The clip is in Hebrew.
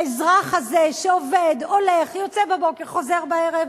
האזרח הזה שעובד, הולך, יוצא בבוקר, חוזר בערב,